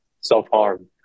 self-harm